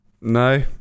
no